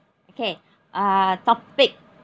okay uh topic